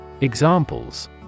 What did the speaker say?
Examples